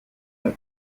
umwe